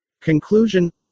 conclusion